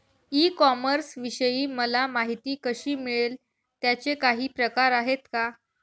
E कॉमर्सविषयी मला माहिती कशी मिळेल? त्याचे काही प्रकार आहेत का?